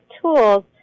tools